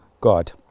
God